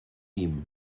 guim